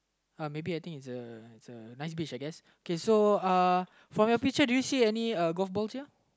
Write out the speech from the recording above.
uh maybe I think it's a it's a nice beach I guess okay so uh from your picture did you see any uh golf balls here